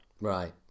Right